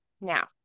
Now